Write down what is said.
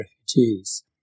refugees